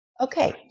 Okay